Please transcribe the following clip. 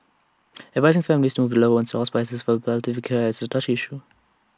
advising families to move loved ones hospices for palliative care is A touchy issue